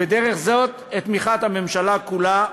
ודרך זאת את תמיכת הממשלה כולה.